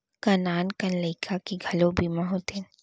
का नान कन लइका के घलो बीमा होथे?